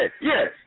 yes